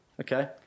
Okay